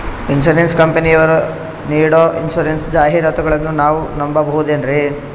Insurance ಕಂಪನಿಯರು ನೀಡೋ insurance ಜಾಹಿರಾತುಗಳನ್ನು ನಾವು ನಂಬಹುದೇನ್ರಿ?